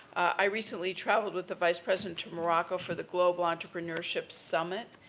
i recently traveled with the vice-president to morocco for the global entrepreneurship summit.